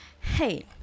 Hey